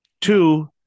Two